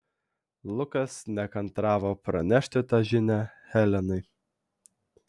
lukas nekantravo pranešti tą žinią helenai